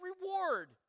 reward